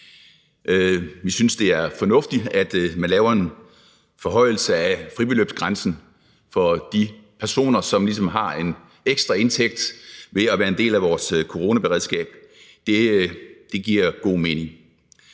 Vi synes, det er fornuftigt, at man laver en forhøjelse af fribeløbsgrænsen for de personer, som har en ekstra indtægt ved at være en del af vores coronaberedskab. Det giver god mening.